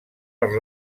per